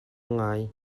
ngai